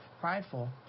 prideful